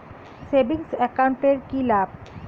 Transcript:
Savings account এর কি লাভ?